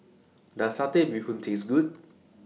Does Satay Bee Hoon Taste Good